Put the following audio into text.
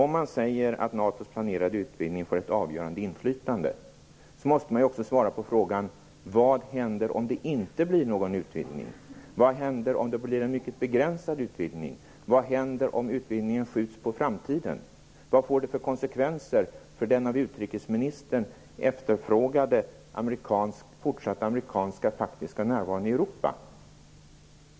Om man ser att NATO:s planerade utvidgning får ett avgörande inflytande måste man också svara på frågorna: Vad händer om det inte blir någon utvidgning? Vad händer om det blir en mycket begränsad utvidgning? Vad händer om utvidgningen skjuts på framtiden? Vad får det för konsekvenser för den av utrikesministern efterfrågade fortsatta amerikanska faktiska närvaron i Europa?